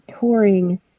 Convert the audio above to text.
touring